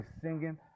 singing